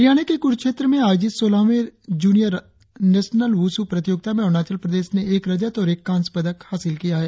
हरियाणा के कुरुक्षेत्र में आयोजित सोलहवें जूनियर नेशनल वुसू प्रतियोगिता में अरुणाचल प्रदेश ने एक रजत और एक कास्य पदक हासिल किया है